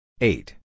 Eight